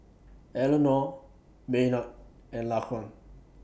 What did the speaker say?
Eleanor Maynard and Laquan